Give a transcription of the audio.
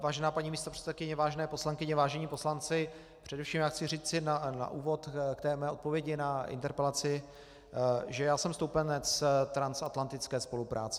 Vážená paní místopředsedkyně, vážené poslankyně, vážení poslanci, především chci říci na úvod své odpovědi na interpelaci, že já jsem stoupenec transatlantické spolupráce.